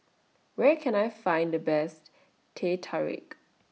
Where Can I Find The Best Teh Tarik